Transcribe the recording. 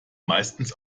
meistens